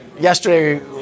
yesterday